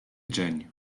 dzień